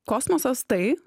kosmosas tai